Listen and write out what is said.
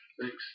thanks